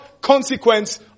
consequence